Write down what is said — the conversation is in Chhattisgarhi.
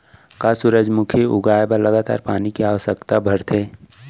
का सूरजमुखी उगाए बर लगातार पानी के आवश्यकता भरथे?